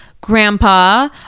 grandpa